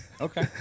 okay